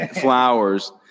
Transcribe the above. Flowers